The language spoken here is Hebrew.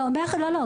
לא, לא.